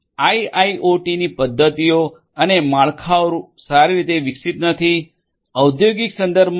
આઇઆઇઓટીની પદ્ધતિઓ અને માળખાઓ સારી રીતે વિકસિત નથી ઔદ્યોગિક સંદર્ભમાં એસ